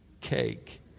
cake